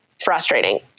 frustrating